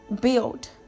build